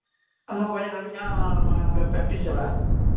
ᱱᱚ ᱵᱟᱡᱟᱮ ᱫᱷᱟᱹᱵᱤᱡ ᱡᱟᱦᱟᱸ ᱢᱟᱱᱮ ᱚᱸᱰᱮ ᱯᱚᱠᱴᱤᱥ ᱪᱟᱞᱟᱜᱼᱟ